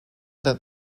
that